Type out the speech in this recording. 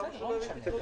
למה שלא יביא פתרונות?